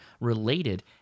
related